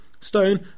Stone